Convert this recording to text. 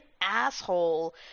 asshole